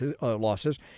losses